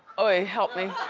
ah ah help me.